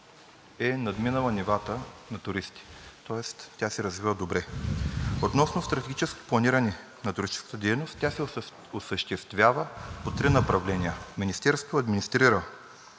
е надминала нивата на туристи, тоест тя се развива добре. Относно стратегическо планиране на туристическата дейност, тя се осъществява по три направления. Министерството администрира